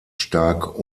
stark